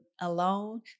alone